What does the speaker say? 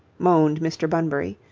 moaned mr. bunbury.